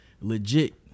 legit